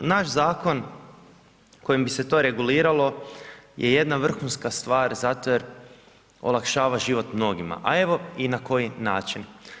Naš zakon kojim bi se to reguliralo je jedna vrhunska stvar zato jer olakšava život mnogima a evo i na koji način.